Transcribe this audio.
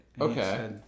Okay